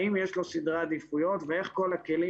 האם יש לו סדרי עדיפויות ואיך כל הכלים